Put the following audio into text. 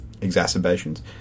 exacerbations